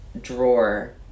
drawer